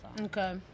okay